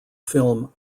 film